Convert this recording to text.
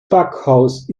backhaus